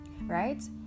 right